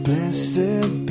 Blessed